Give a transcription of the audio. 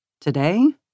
Today